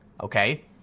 Okay